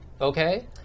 okay